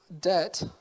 debt